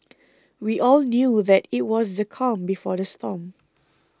we all knew that it was the calm before the storm